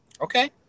Okay